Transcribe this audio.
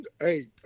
Hey